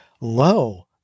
low